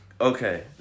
Okay